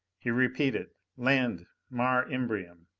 he repeated, land mare imbrium.